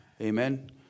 Amen